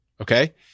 Okay